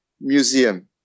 museum